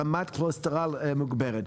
רמת כולסטרול מוגברת,